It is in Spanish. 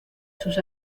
sus